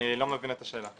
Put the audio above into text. אני לא מבין את השאלה.